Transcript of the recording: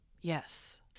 Yes